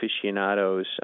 aficionados